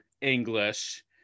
english